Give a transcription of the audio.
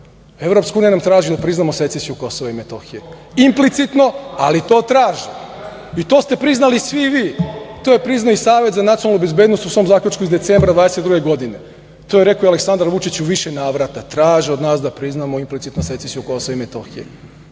Evropska unija nam traži da priznamo secesiju Kosova i Metohije, implicitno, ali to traže. To ste priznali svi vi, to je priznao i Savet za nacionalnu bezbednost u svom zaključku iz decembra 2022. godine, to je rekao i Aleksandar Vučić u više navrata - traže od nas da priznamo implicitno secesiju Kosova i Metohije. Kako